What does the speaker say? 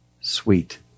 sweet